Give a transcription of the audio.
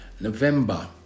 November